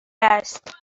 است